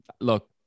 look